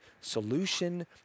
solution